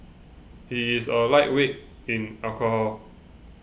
he is a lightweight in alcohol